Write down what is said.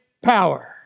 power